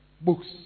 books